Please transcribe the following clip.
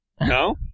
No